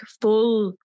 full